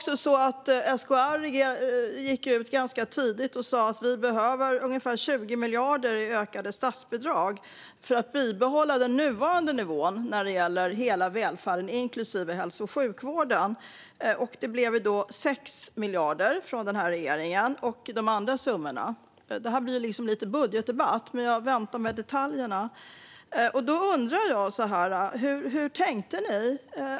SKR gick ut ganska tidigt och sa: Vi behöver ungefär 20 miljarder i ökade statsbidrag för att bibehålla den nuvarande nivån när det gäller hela välfärden, inklusive hälso och sjukvården. Det blev 6 miljarder från regeringen plus de andra summorna. Det här blir lite av en budgetdebatt, men jag väntar mig att få veta detaljerna. Jag undrar hur ni tänkte, Linda Lindberg.